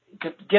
get